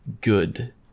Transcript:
good